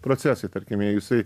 procesai tarkime jisai